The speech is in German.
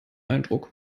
eindruck